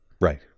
right